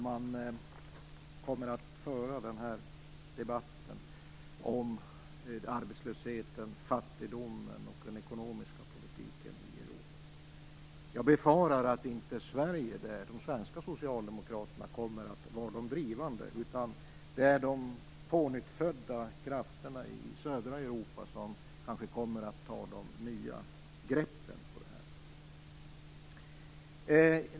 Man kommer att föra debatten om arbetslösheten, fattigdomen och den ekonomiska politiken i Europa. Jag befarar att de svenska socialdemokraterna inte kommer att vara drivande, utan det är de pånyttfödda krafterna i södra Europa som kommer att ta de nya greppen.